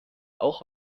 auch